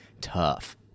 Tough